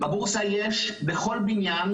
בבורסה יש בכל בניין,